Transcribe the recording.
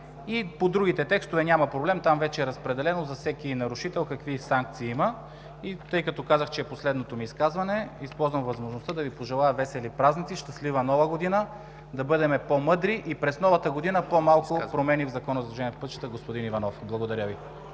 По другите текстове няма проблем. Там вече е разпределено за всеки нарушител какви санкции има. Тъй като казах, че е последното ми изказване, използвам възможността да Ви пожелая весели празници, щастлива Нова година! Да бъдем по-мъдри и през Новата година по-малко промени в Закона за движение по пътищата, господин Иванов! Благодаря Ви.